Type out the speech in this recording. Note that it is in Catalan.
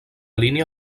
línia